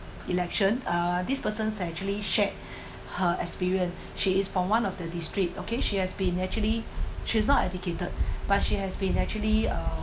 election uh this person's actually shared her experience she is from one of the district okay she has been actually she's not educated but she has been actually uh